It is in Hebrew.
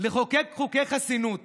לחוקק חוקי חסינות